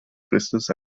christus